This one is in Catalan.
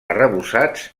arrebossats